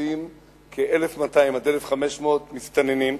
נכנסים 1,200 1,500 מסתננים,